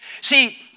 See